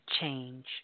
change